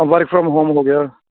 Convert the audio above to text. ਆਹ work from home ਹੋ ਗਿਆ